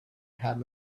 have